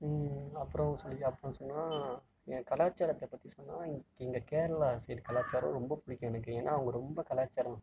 அப்புறம் சொல்லி அப்புறம் சொன்னால் எங்கள் கலாச்சாரத்தை பற்றி சொன்னால் எங்கள் கேரளா சைடு கலாச்சாரம் ரொம்ப பிடிக்கும் எனக்கு ஏன்னால் அவங்க ரொம்ப கலாச்சாரம்